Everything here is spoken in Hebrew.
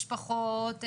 משפחות,